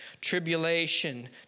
tribulation